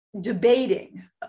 debating